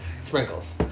sprinkles